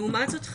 לעומת זאת,